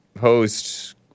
host